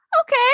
okay